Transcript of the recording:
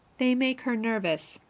they make her nervous.